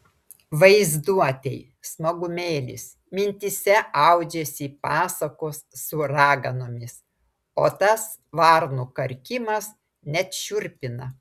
vaizduotei smagumėlis mintyse audžiasi pasakos su raganomis o tas varnų karkimas net šiurpina